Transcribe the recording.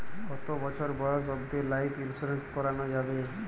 কতো বছর বয়স অব্দি লাইফ ইন্সুরেন্স করানো যাবে?